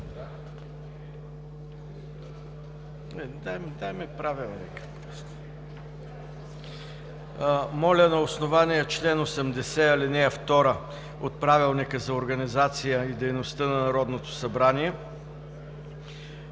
Моля на основание чл. 80, ал. 2 от Правилника за организацията и дейността на Народното събрание